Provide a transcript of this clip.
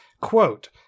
quote